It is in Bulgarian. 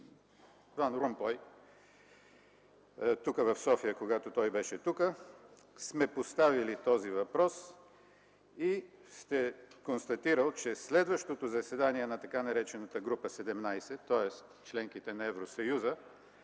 Ван Ромпой, когато беше тук, в София, сме поставили този въпрос и сте констатирали, че следващото заседание на така наречената група 17, тоест членките на Евросъюза,